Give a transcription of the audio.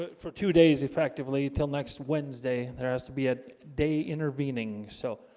but for two days effectively until next wednesday there has to be a day intervening so